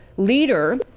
leader